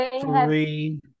three